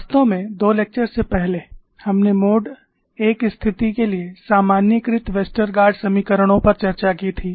वास्तव में दो लेक्चर से पहले हमने मोड 1 स्थिति के लिए सामान्यीकृत वेस्टरगार्ड समीकरणों पर चर्चा की थी